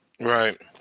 Right